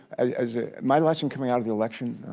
as my lesson coming out of the election,